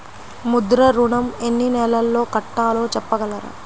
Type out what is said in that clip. ముద్ర ఋణం ఎన్ని నెలల్లో కట్టలో చెప్పగలరా?